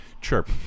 chirp